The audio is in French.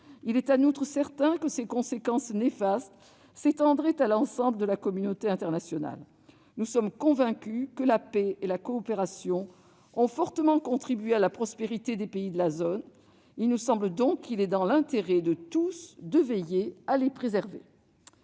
néfastes de celui-ci s'étendraient certainement à l'ensemble de la communauté internationale. Nous sommes convaincus que la paix et la coopération ont fortement contribué à la prospérité des pays de la zone. Il nous semble qu'il est donc dans l'intérêt de tous de veiller à les préserver.